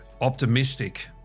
optimistic